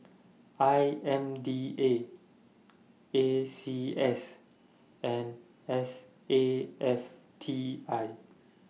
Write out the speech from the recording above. I M D A A C S and S A F T I